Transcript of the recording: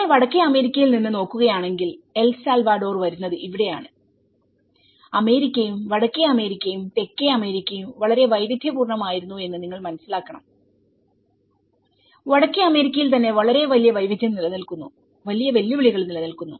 നിങ്ങൾ വടക്കേ അമേരിക്കയിൽ നിന്ന് നോക്കുകയാണെങ്കിൽ എൽ സാൽവഡോർവരുന്നത് ഇവിടെയാണ് അമേരിക്കയും വടക്കേ അമേരിക്കയും തെക്കേ അമേരിക്കയും വളരെ വൈവിധ്യപൂർണ്ണമായിരുന്നു എന്ന് നിങ്ങൾ മനസ്സിലാക്കണം വടക്കേ അമേരിക്കയിൽ തന്നെ വളരെ വലിയ വൈവിധ്യം നിലനിൽക്കുന്നു വലിയ വെല്ലുവിളികൾ നിലനിൽക്കുന്നു